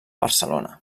barcelona